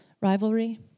rivalry